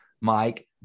Mike